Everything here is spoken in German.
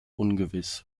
ungewiss